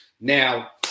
Now